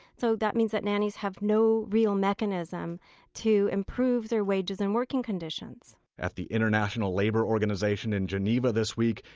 so that means that nannies have no real mechanism to improve their wages and working conditions at the international labor organization in geneva this week,